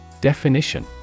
Definition